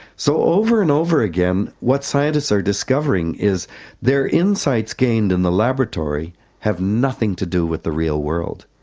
so over and over again what scientists are discovering is their insights gained in the laboratory have nothing to do with the real world.